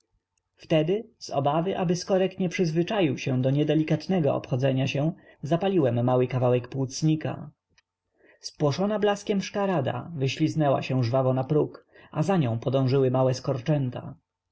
wtedy z obawy aby skorek nie przyzwyczaił się do niedelikatnego obchodzenia się zapaliłem mały kawałek płucnika spłoszona blaskiem szkarada wyśliznęła się żwawo za próg a za nią podążyły małe skorczęta tak